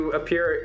appear